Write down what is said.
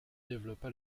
développa